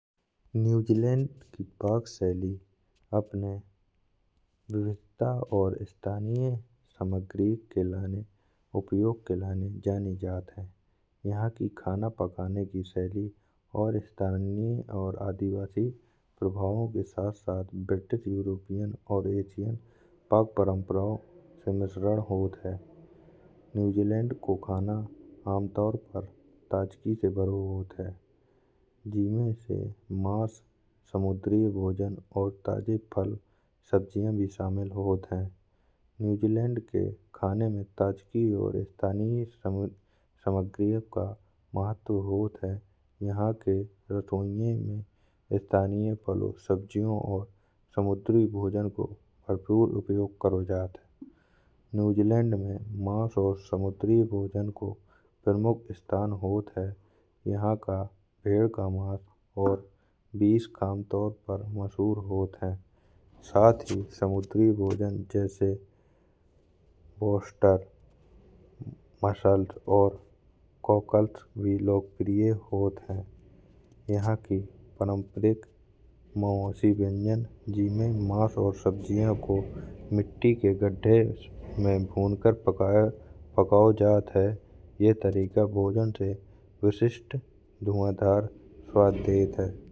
न्यूज़ीलैंड की पक शैली अपने विविधता और स्थानिय सामग्री के लाने उपयोग के लाने जानी जात है। यहां की खाना पकाने की शैली और स्थानिय और आदिवासी युवाओं के साथ साथ ब्रिटिश यूरोपियन और पक परम्पराओं से मिश्रण होत है। न्यूज़ीलैंड को खाना आमतौर पर ताजगी से भरो होत है। जिसमें से मांस समुद्री भोजन और ताजे फल सब्जियां भी शामिल होत है। न्यूज़ीलैंड के खाने में ताजगी और स्थानिय सामग्रियों का महत्व होत है। यहां के रथोनियों में स्थानिय फल और सब्जियों और समुद्री भोजन को भरपूर उपयोग कर जात है। न्यूज़ीलैंड में मांस और समुद्री भोजन को प्रमुख स्थान होत है। यहां का पेड़ का मांस और बिस्क आमतौर पर मशहूर होत है साथ ही समुद्री भोजन जैसे पोस्टर बसंत और कॉकल्स भी लोकप्रिय होत है। यहां की पारम्परिक मवासी व्यंजन जैसे मांस और सब्जियों को मिट्टी के गड्ढे में भूनकर पकाओ जात है यह तरीका भोजन से विशिष्ट धुआंधार स्वाद देता है।